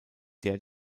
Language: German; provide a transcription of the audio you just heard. der